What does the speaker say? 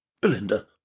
Belinda